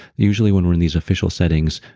usually when we're in these official settings,